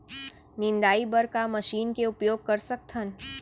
निंदाई बर का मशीन के उपयोग कर सकथन?